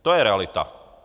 To je realita.